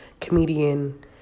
comedian